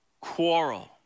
Quarrel